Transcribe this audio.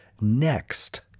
Next